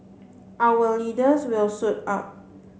our leaders will suit up